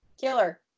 killer